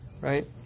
right